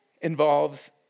involves